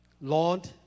Lord